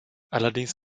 allerdings